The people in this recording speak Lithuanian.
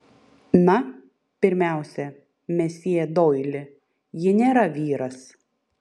na pirmiausia mesjė doili ji nėra vyras